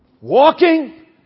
walking